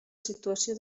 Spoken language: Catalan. situació